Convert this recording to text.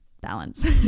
balance